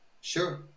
Sure